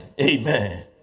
Amen